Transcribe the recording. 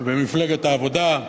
ומפלגת העבודה.